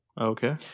Okay